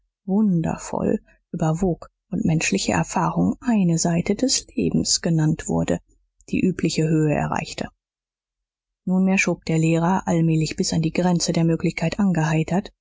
wundervoll überwog und menschliche erfahrung eine seite des lebens genannt wurde die übliche höhe erreichte nunmehr schob der lehrer allmählich bis an die grenze der möglichkeit angeheitert